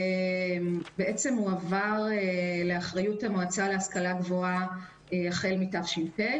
הועבר לאחריות המועצה להשכלה גבוהה החל מתש"פ.